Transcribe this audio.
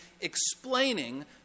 explaining